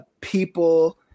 people